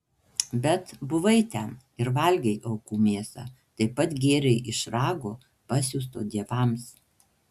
bet buvai ten ir valgei aukų mėsą taip pat gėrei iš rago pasiųsto dievams